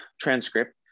transcript